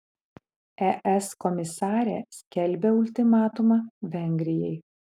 es komisarė skelbia ultimatumą vengrijai